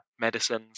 medicines